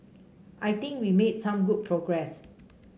I think we made some good progress